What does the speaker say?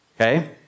Okay